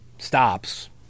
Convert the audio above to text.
Stops